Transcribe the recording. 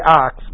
ox